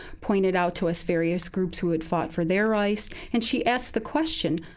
pointed out to us various groups who had fought for their rights. and she asked the question,